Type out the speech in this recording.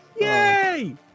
Yay